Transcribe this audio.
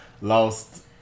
lost